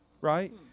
right